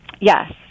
Yes